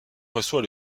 reçoit